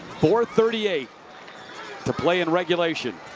four thirty eight to play in regulation.